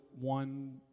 one